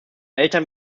eltern